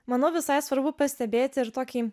manau visai svarbu pastebėti ir tokį